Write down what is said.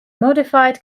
modified